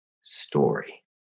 story